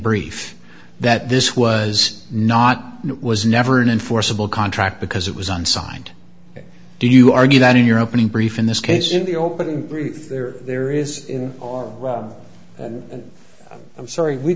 brief that this was not was never an enforceable contract because it was unsigned do you argue that in your opening brief in this case in the opening brief there there is in our and i'm sorry we